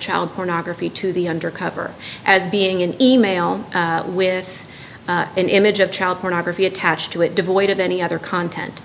child pornography to the undercover as being an e mail with an image of child pornography attached to it devoid of any other content